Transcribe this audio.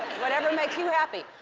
whatever makes you happy.